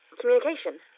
Communication